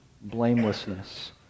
blamelessness